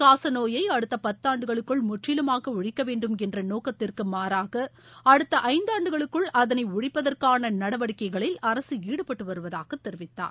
காசநோயை அடுத்த பத்தாண்டுகளுக்குள் முற்றிலுமாக ஒழிக்க வேண்டும் என்ற நோக்கத்திற்கு மாறாக அடுத்த ஐந்தாண்டுகளுக்குள் அதனை ஒழிப்பதற்கான நடவடிக்கைகளில் அரசு ஈடுபட்டு வருவதாக தெரிவித்தார்